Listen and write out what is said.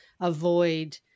avoid